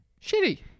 Shitty